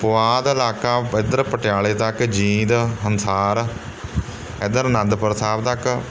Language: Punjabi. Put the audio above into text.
ਪੁਆਧ ਇਲਾਕਾ ਇੱਧਰ ਪਟਿਆਲੇ ਤੱਕ ਜੀਂਦ ਹੰਸਾਰ ਇੱਧਰ ਅਨੰਦਪੁਰ ਸਾਹਿਬ ਤੱਕ